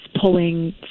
pulling